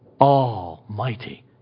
Almighty